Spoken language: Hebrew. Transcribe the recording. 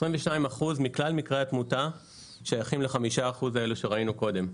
22% מכלל מקרי התמותה שייכים ל-5% האלה שראינו קודם.